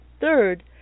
Third